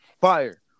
Fire